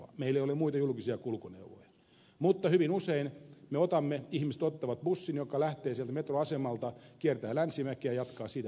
meillä ei ole muita julkisia kulkuneuvoja mutta hyvin usein ihmiset ottavat bussin joka lähtee sieltä metroasemalta kiertää länsimäkeen ja jatkaa siitä tikkurilaan